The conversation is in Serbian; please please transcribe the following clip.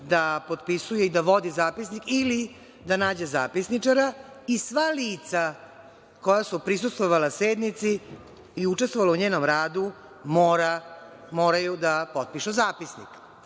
da potpisuje i da vodi zapisnik ili da nađe zapisničara i sva lica koja su prisustvovala sednici i učestvovala u njenom radu moraju da potpišu zapisnik. Lice